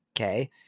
Okay